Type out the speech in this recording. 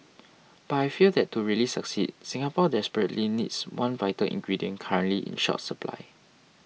but I fear that to really succeed Singapore desperately needs one vital ingredient currently in short supply